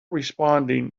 responding